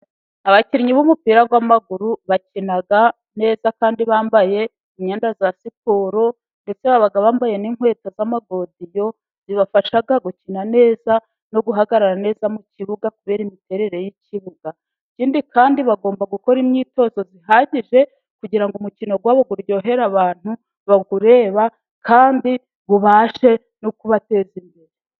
Abakinnyi b'umupira w'amaguru bakina neza kandi bambaye imyenda ya siporo, ndetse baba bambaye n'inkweto z'amagodiyo zibafasha gukina neza no guhagarara neza mu kibuga, kubera imiterere y'ikibuga. Ikindi kandi bagomba gukora imyitozo ihagije kugira ngo umukino wabo uryoherera abantu bawureba kandi ubashe no kubateza imbere.